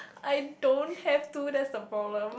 I don't have to that's the problem